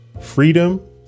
Freedom